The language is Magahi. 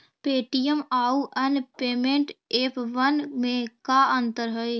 पे.टी.एम आउ अन्य पेमेंट एपबन में का अंतर हई?